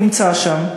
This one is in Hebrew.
מפני כמוך הוא נמצא שם.